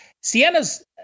Sienna's